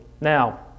Now